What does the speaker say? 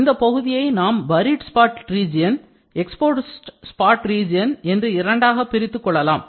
இந்த பகுதியை நாம் buried spot region exposed spot region என்று இரண்டாகப் பிரித்துக் கொள்ளலாம்